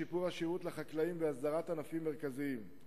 שיפור השירות לחקלאים והסדרת ענפים מרכזיים.